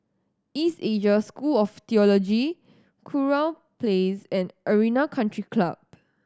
East Asia School of Theology Kurau Place and Arena Country Club